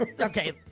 Okay